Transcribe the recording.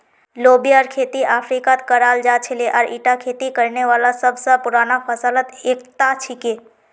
लोबियार खेती अफ्रीकात कराल जा छिले आर ईटा खेती करने वाला सब स पुराना फसलत स एकता छिके